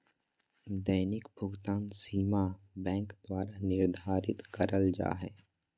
दैनिक भुकतान सीमा बैंक द्वारा निर्धारित करल जा हइ